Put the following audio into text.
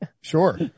Sure